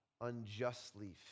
unjustly